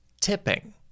tipping